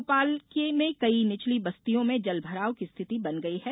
भोपाल में कई निचली बस्तियों में जलभराव की स्थिति बन गई है